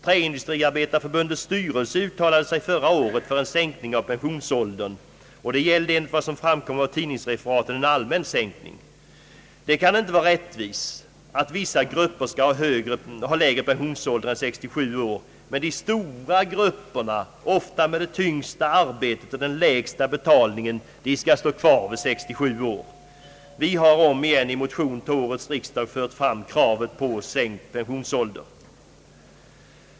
Träindustriarbetarförbundets styrelse uttalade sig förra året för en sänkning av pensionsåldern, och det gällde enligt vad som framkom av tidningsreferaten en allmän sänkning. Det kan inte vara rättvist att vissa grupper skall ha lägre pensionsålder än 67 år men att stora grupper ofta med det tyngsta arbetet och den lägsta betalningen skall stå kvar till 67 år. Vi har ånyo i motion till årets riksdag fört fram kravet på sänkt pensionsålder.